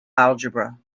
algebra